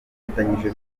bafatanyije